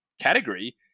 category